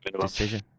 decision